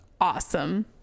Awesome